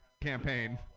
Campaign